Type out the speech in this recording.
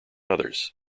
others